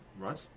Right